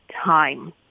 time